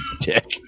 dick